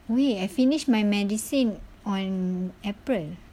wei I finish my medicine on april